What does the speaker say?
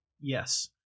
yes